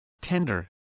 tender